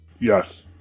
Yes